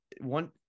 one